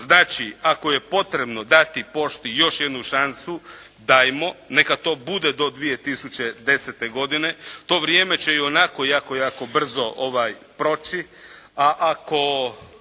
Znači, ako je potrebno dati pošti još jednu šansu dajmo, neka to bude do 2010. godine. To vrijeme će ionako jako, jako brzo proći.